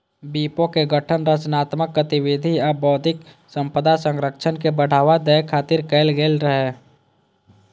विपो के गठन रचनात्मक गतिविधि आ बौद्धिक संपदा संरक्षण के बढ़ावा दै खातिर कैल गेल रहै